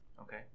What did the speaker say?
Okay